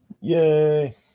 Yay